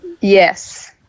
Yes